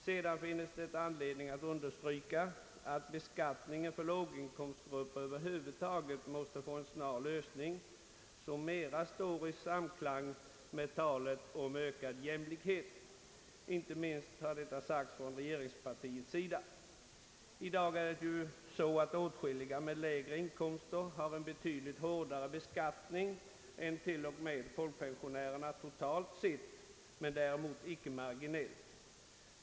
Sedan finns det anledning att understryka att beskattningen för låginkomstgrupper över huvud taget måste få en snar lösning som står bättre i samklang med talet om ökad jämlikhet — inte minst från regeringspartiets sida. I dag är det ju så att åtskilliga med lägre inkomster har betydligt hårdare beskattning än t.o.m. folkpensionärerna totalt sett — däremot inte marginellt.